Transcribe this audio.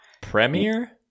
Premiere